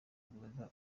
urugaga